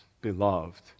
beloved